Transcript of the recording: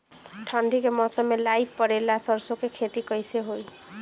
ठंडी के मौसम में लाई पड़े ला सरसो के खेती कइसे होई?